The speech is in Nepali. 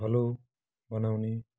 हलो बनाउने